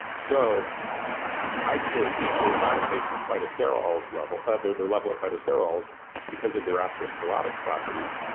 so i care deeply about a patient's phytosterols level, ah their their level of phytosterols because of their atherosclerotic properties,